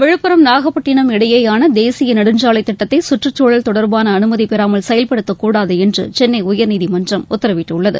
விழுப்புரம் நாகப்பட்டினம் இடையேயான தேசிய நெடுஞ்சாலைத் திட்டத்தை சுற்றுச்சுழல் தொடர்பான அனுமதி பெறாமல் செயல்படுத்தக்கூடாது என்று சென்னை உயர்நீதிமன்றம் உத்தரவிட்டுள்ளது